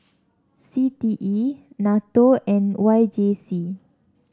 C T E NATO and Y J C